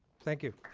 thank you.